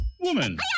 woman